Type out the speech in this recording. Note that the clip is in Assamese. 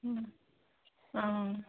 অঁ